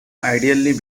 ideally